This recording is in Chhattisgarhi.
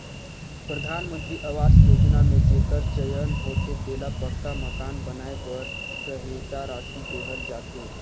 परधानमंतरी अवास योजना में जेकर चयन होथे तेला पक्का मकान बनाए बर सहेता रासि देहल जाथे